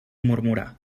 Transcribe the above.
murmurar